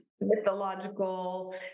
mythological